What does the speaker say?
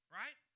right